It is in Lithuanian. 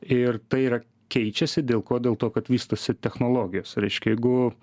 ir tai yra keičiasi dėl ko dėl to kad vystosi technologijos reiškia jeigu